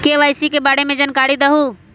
KYC के बारे में जानकारी दहु?